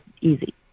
easy